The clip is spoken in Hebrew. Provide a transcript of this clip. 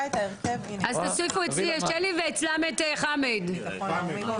אז תוסיפו אצלי את שלי מירון ואצלם את חמד עמאר.